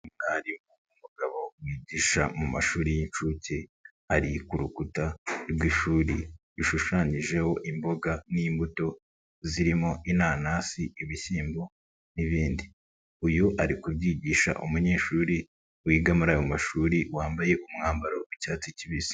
Umwarimu w'umugabo wigisha mu mashuri y'inshuke, ari ku rukuta rw'ishuri rushushanyijeho imboga n'imbuto, zirimo inanasi, ibishyimbo n'ibindi, uyu ari kubyigisha umunyeshuri wiga muri ayo mashuri wambaye umwambaro w'icyatsi kibisi.